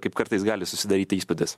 kaip kartais gali susidaryti įspūdis